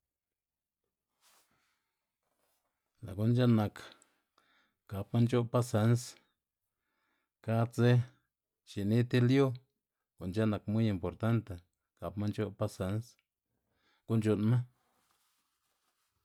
Lë' gu'n c̲h̲e'n nak gapma nc̲h̲o'b pasens, kad dze xini ti lyu gu'n c̲h̲e'n nak muy importante gapma nc̲h̲o'b pasens gu'n c̲h̲u'nnma.